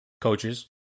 Coaches